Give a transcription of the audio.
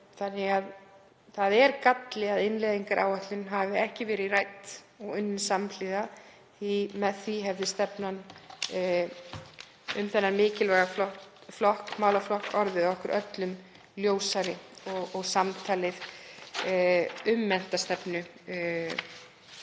raungerast. Það er galli að innleiðingaráætlun hafi ekki verið rædd og unnin samhliða. Með því hefði stefnan um þennan mikilvæga málaflokk orðið okkur öllum ljósari og samtalið um menntastefnu hefði